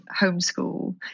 homeschool